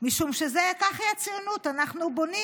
משום שכך היא הציונות: אנחנו בונים.